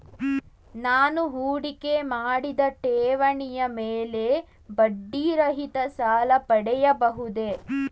ನಾನು ಹೂಡಿಕೆ ಮಾಡಿದ ಠೇವಣಿಯ ಮೇಲೆ ಬಡ್ಡಿ ರಹಿತ ಸಾಲ ಪಡೆಯಬಹುದೇ?